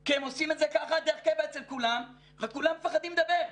כי הם עושים את זה ככה דרך קבע אצל כולם אבל כולם מפחדים לדבר.